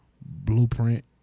Blueprint